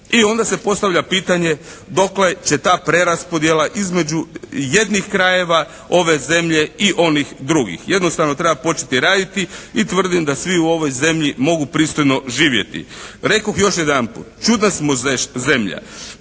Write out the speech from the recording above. I onda se postavlja pitanje dokle će ta preraspodjela između jednih krajeva ove zemlje i onih drugih. Jednostavno treba početi raditi i tvrdim da svi u ovoj zemlji mogu pristojno živjeti. Rekoh još jedanput, čudna smo zemlja.